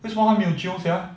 为什么他没有 jio sia